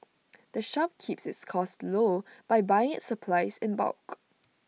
the shop keeps its costs low by buying its supplies in bulk